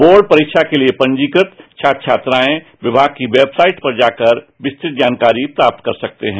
board परीक्षा के लिए पंजीक्रत छात्र छात्राएं विभाग की वेबसाइट पर जाकर विस्तृत जानकारी प्राप्त कर सकते हैं